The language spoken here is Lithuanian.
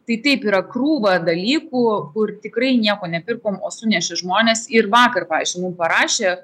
tai taip yra krūva dalykų kur tikrai nieko nepirkome o sunešė žmonės ir vakar pavyzdžiui mum parašė